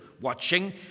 watching